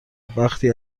وقتی